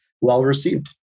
well-received